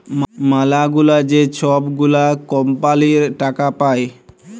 ম্যালাগুলা যে ছব গুলা কম্পালির টাকা পায়